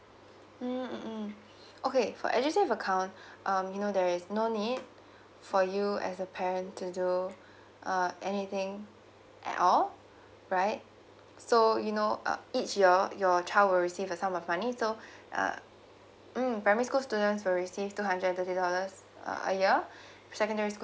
mm mm mm okay for edusave account um you know there is no need for you as a parent to do uh anything at all right so you know uh each your your child will receive a sum of money so uh mm primary school students will receive two hundred and thirty dollars uh a year secondary school